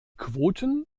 quoten